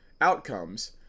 outcomes